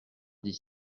dix